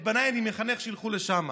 את בניי אני מחנך שילכו לשם,